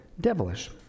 devilish